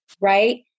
right